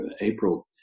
April